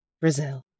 brazil